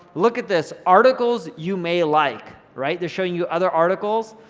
look at this, articles you may like, right? they're showing you other articles,